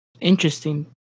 Interesting